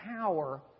power